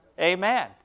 Amen